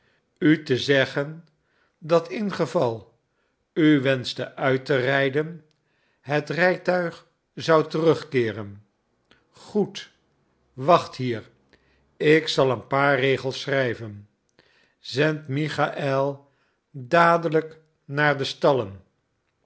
u te zeggen dat ingeval u wenschte uit te rijden het rijtuig zou terugkeeren goed wacht hier ik zal een paar regels schrijven zend michaël dadelijk naar de stallen